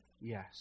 Yes